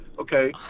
Okay